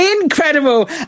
incredible